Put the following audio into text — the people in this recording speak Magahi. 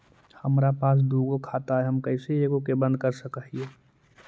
हमरा पास दु गो खाता हैं, हम कैसे एगो के बंद कर सक हिय?